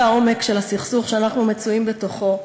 העומק של הסכסוך שאנחנו מצויים בתוכו,